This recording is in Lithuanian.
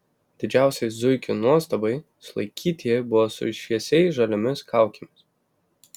didžiausiai zuikių nuostabai sulaikytieji buvo su šviesiai žaliomis kaukėmis